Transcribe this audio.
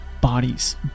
bodies